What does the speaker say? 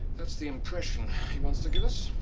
that's the impression he wants to give us.